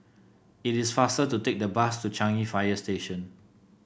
it is faster to take the bus to Changi Fire Station